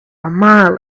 mile